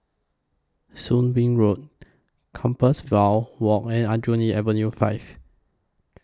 Soon Wing Road Compassvale Walk and Aljunied Avenue five